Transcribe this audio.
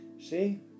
see